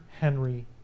Henry